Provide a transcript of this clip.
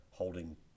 holding